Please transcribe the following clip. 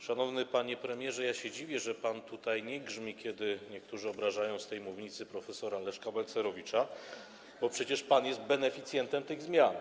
Szanowny panie premierze, ja się dziwię, że pan tutaj nie grzmi, kiedy niektórzy obrażają z tej mównicy prof. Leszka Balcerowicza, bo przecież pan jest beneficjentem tych zmian.